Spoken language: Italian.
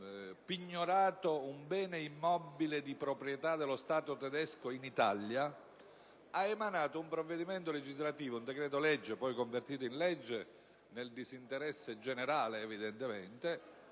pignorato un bene immobile di proprietà dello Stato tedesco in Italia, ha emanato un provvedimento legislativo (un decreto-legge poi convertito in legge, nel disinteresse generale, evidentemente)